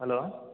hello